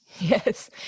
Yes